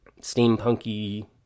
steampunky